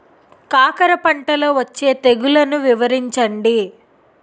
కాకర పంటలో వచ్చే తెగుళ్లను వివరించండి?